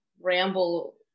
ramble